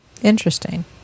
Interesting